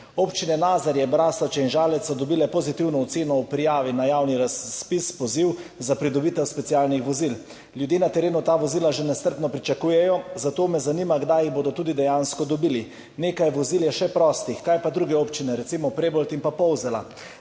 Občine Nazarje, Braslovče in Žalec so dobile pozitivno oceno ob prijavi na javni razpis poziv za pridobitev specialnih vozil. Ljudje na terenu ta vozila že nestrpno pričakujejo, zato me zanima: Kdaj bodo specialna tovorna vozila tudi dejansko dobili? Nekaj vozil je še prostih, kaj pa druge občine, recimo Prebold in Polzela?